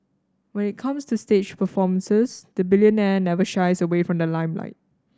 when it comes to stage performances the billionaire never shies away from the limelight